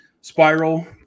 Spiral